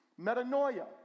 metanoia